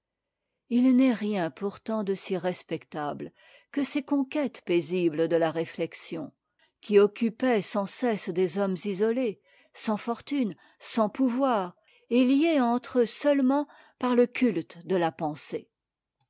il n'est rien pourtant de si respectable que ces conquêtes paisibles de la réflexion qui occupaient sans cesse des hommes isolés sans fortune sans pouvoir et liés entre eux seulement par le culte de la pensée